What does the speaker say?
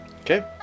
Okay